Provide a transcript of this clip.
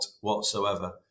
whatsoever